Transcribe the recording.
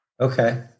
Okay